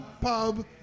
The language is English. Pub